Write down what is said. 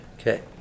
Okay